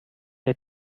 der